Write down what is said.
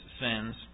sins